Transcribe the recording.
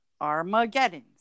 Armageddon